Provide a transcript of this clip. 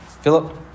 Philip